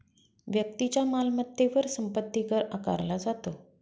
व्यक्तीच्या मालमत्तेवर संपत्ती कर आकारला जातो